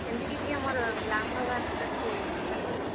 କେମିତି କି ଟିକିଏ ମୋର ଲାଭ ହେବା ସେହିଟା ଟିକେ ଚିନ୍ତା କରୁନ୍